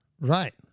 Right